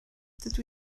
dydw